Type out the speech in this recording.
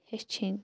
ہیٚچھِنۍ